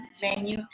venue